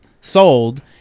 sold